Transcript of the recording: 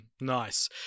Nice